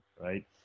right